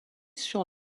sur